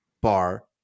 bar –